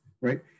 right